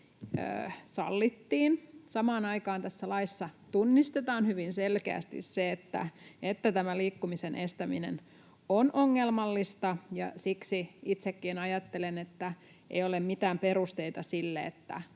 sallittiin. Samaan aikaan tässä laissa tunnistetaan hyvin selkeästi se, että tämä liikkumisen estäminen on ongelmallista. Siksi itsekin ajattelen, että ei ole mitään perusteita sille, että